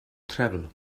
travel